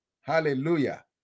Hallelujah